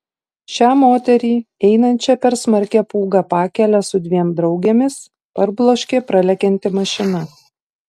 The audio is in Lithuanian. šią moterį einančią per smarkią pūgą pakele su dviem draugėmis parbloškė pralekianti mašina